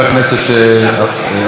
לך יש עד חמש דקות,